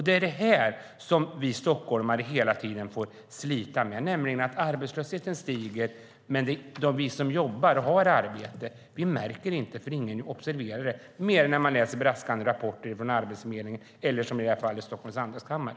Det är det här som vi stockholmare hela tiden får slita med. Arbetslösheten stiger, men vi som jobbar och har arbete märker det inte. Ingen observerar det. Det gör man bara när man läser braskande rapporter från Arbetsförmedlingen eller, som i det här fallet, Stockholms Handelskammare.